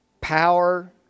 power